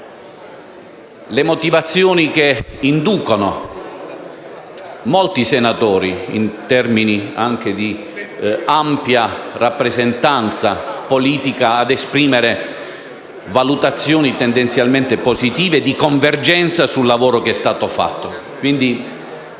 le motivazioni che inducono molti senatori, anche in termini di ampia rappresentanza politica, ad esprimere valutazioni tendenzialmente positive e di convergenza sul lavoro che è stato fatto.